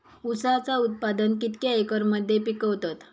ऊसाचा उत्पादन कितक्या एकर मध्ये पिकवतत?